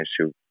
issue